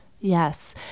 Yes